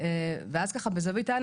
ואז ככה בזווית העין,